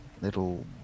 little